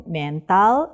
mental